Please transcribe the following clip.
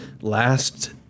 last